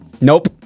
Nope